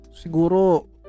siguro